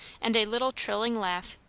and a little trilling laugh,